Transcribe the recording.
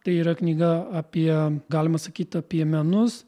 tai yra knyga apie galima sakyt apie menus